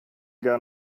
gar